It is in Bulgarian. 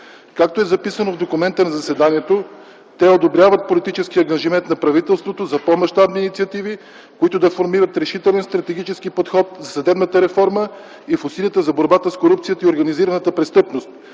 Както е записано в документа на заседанието, те одобряват политическия ангажимент на правителството за по-мащабни инициативи, които да формират решителен стратегически подход за съдебната реформа и в усилията за борбата с корупцията и организираната престъпност,